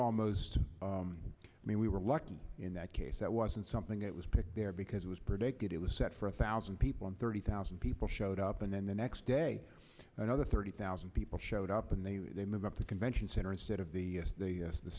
almost i mean we were lucky in that case that wasn't something that was picked there because it was predicted it was set for a thousand people and thirty thousand people showed up and then the next day another thirty thousand people showed up and they were they move up the convention center instead of the